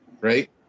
right